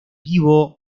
vivo